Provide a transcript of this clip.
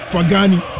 Fagani